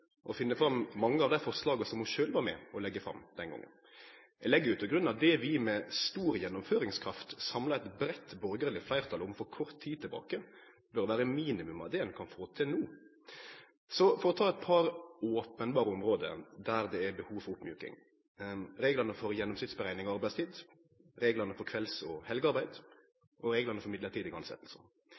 finne fram mange av dei forslaga som ho sjølv var med på å leggje fram den gongen. Eg legg til grunn at det vi med stor gjennomføringskraft samla eit breitt borgarleg fleirtal om for kort tid sidan, bør vere minimum av det ein kan få til no. Lat meg ta eit par openberre område der det er behov for oppmjuking: reglane for gjennomsnittsberekning av arbeidstid, reglane for kvelds- og helgearbeid og reglane for